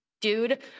dude